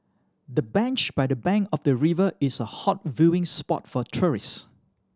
the bench by the bank of the river is a hot viewing spot for tourists